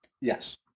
Yes